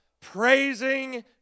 praising